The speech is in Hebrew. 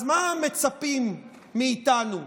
אז מה מצפים מאיתנו?